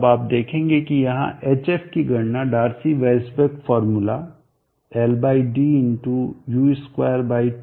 अब आप देखेंगे कि यहाँ hf की गणना Darcy Weisbach formula Ld×μ22g metre से की जाती है